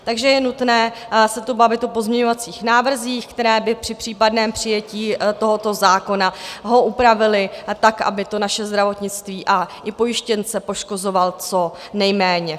Takže je nutné se tu bavit o pozměňovacích návrzích, které by ho při případném přijetí tohoto zákona upravily tak, aby to naše zdravotnictví a i pojištěnce poškozovalo co nejméně.